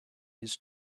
his